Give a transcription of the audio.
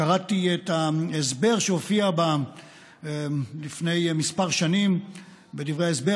קראתי את ההסבר שהופיע לפני כמה שנים בדברי ההסבר